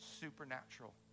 supernatural